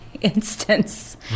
instance